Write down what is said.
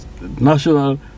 national